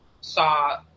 saw